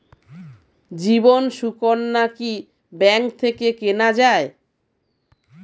জীবন সুকন্যা কি ব্যাংক থেকে কেনা যায়?